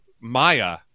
Maya